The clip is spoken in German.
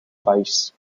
reichs